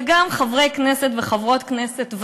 וגם חברי כנסת וחברות כנסת,